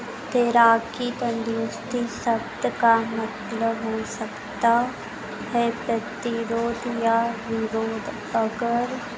तैराकी तंदुरुस्ती शब्द का मतलब हो सकता है प्रतिरोध या निरोध अगर